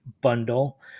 Bundle